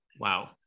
Wow